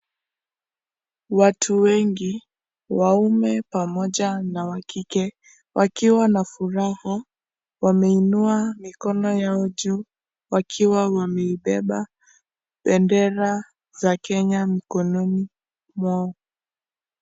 Watu wengi, waume pamoja na wa kike. Wakiwa na furaha, wameinua mikono yao juu ,wakiwa wameibeba bendera za Kenya mkononi mwao.